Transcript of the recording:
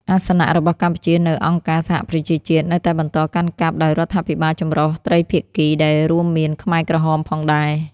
អាសនៈរបស់កម្ពុជានៅអង្គការសហប្រជាជាតិនៅតែបន្តកាន់កាប់ដោយរដ្ឋាភិបាលចម្រុះត្រីភាគី ដែលរួមមានខ្មែរក្រហមផងដែរ។